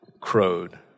crowed